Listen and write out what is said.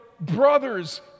brothers